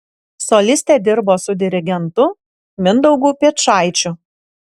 solistė dirbo su dirigentu mindaugu piečaičiu